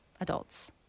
adults